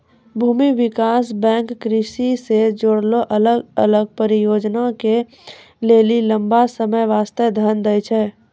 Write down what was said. भूमि विकास बैंक कृषि से जुड़लो अलग अलग परियोजना के लेली लंबा समय बास्ते धन दै छै